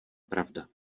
pravda